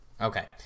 Okay